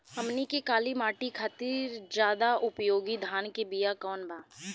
हमनी के काली माटी खातिर ज्यादा उपयोगी धान के बिया कवन बा?